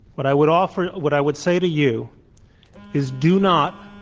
what i would offer what i would say to you is do not